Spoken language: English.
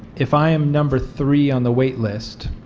if i am number three on the waitlist